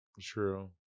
True